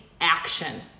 action